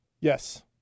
Yes